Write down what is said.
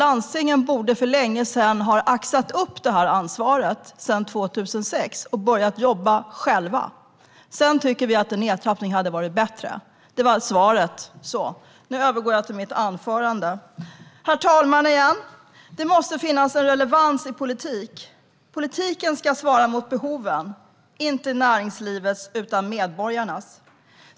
Sedan 2006 borde landstingen borde ha axat upp det ansvaret för länge sedan och börjat jobba själva. Vi tycker att en nedtrappning hade varit bättre. Där var svaret. Herr talman! Det måste finnas en relevans i politik. Politik ska svara mot behoven, inte näringslivets utan medborgarnas.